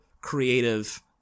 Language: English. creative